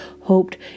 hoped